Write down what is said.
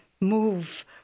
move